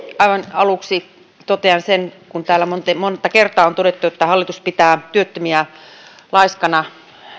aluksi totean kun täällä monta kertaa on todettu että hallitus pitää työttömiä laiskoina että